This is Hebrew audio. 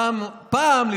פעם,